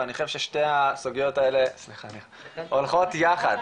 ואני חושב ששתי הסוגיות האלה הולכות יחד.